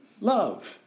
Love